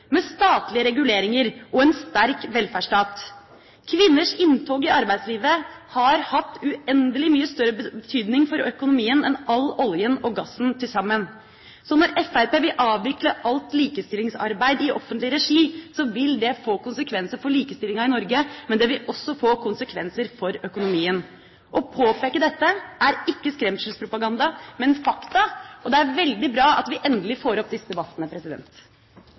med statlige reguleringer og en sterk velferdsstat. Kvinners inntog i arbeidslivet har hatt uendelig mye større betydning for økonomien enn all oljen og gassen til sammen. Så når Fremskrittspartiet vil avvikle alt likestillingsarbeid i offentlig regi, vil det få konsekvenser for likestillinga i Norge, men det vil også få konsekvenser for økonomien. Å påpeke dette er ikke skremselspropaganda, men fakta, og det er veldig bra at vi endelig får opp disse debattene.